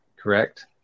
correct